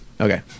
Okay